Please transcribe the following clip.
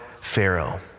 pharaoh